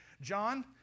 John